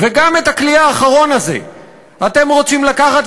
וגם את הכלי האחרון הזה אתם רוצים לקחת,